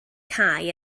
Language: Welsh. cae